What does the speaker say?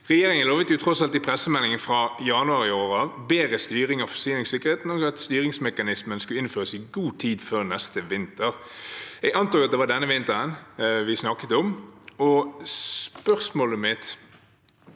Regjeringen lovet tross alt i pressemeldingen fra januar i år bedre styring av forsyningssikkerheten og at styringsmekanismen skulle innføres i god tid før neste vinter. Jeg antar at det var denne vinteren vi snakket om, og spørsmålet mitt